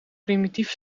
primitieve